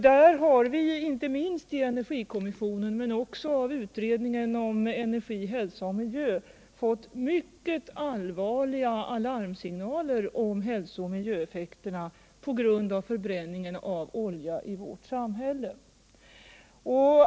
Där har vi, inte minst i energikommissionen men också i utredningen om energi, hälsa och miljö, fått mycket allvarliga alarmsignaler om hälsooch miljöeffekterna på grund av förbränningen av olja i vårt samhälle.